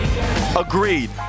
Agreed